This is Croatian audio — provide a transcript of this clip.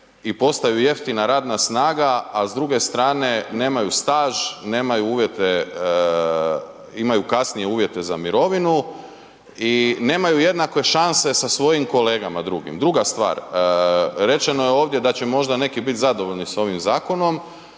i postaju jeftina radna snaga a s druge strane nemaju staž, nemaju uvjete, imaju kasnije uvjete za mirovinu i nemaju jednake šanse sa svojim kolegama drugim. Druga stvar, rečeno je ovdje da će možda neki bit zadovoljni sa ovim zakonom,